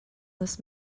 this